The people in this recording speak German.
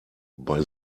bei